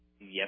Yes